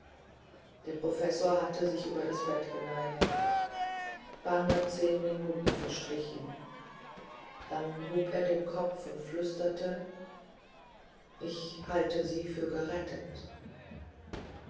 der professor hatte sich über das bett geneigt bange zehn minuten verstrichen dann hob er den kopf und flüsterte bewegt ich halte sie für gerettet